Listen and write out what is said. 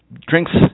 drinks